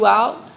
out